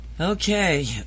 Okay